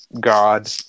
god